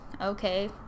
okay